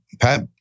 Pat